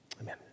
Amen